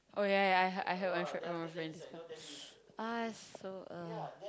oh yeah yeah I heard I heard about my friend from my friend this one ah it's sp ugh